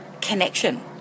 connection